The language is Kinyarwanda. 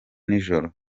nijoro